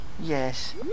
Yes